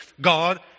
God